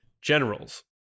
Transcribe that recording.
generals